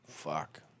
fuck